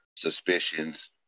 suspicions